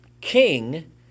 king